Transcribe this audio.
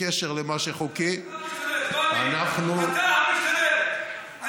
בקשר למה שחוקי, אנחנו, אתה משתלט,